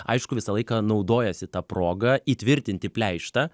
aišku visą laiką naudojasi ta proga įtvirtinti pleištą